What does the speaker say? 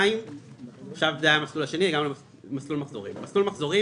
" מסלול מחזורים,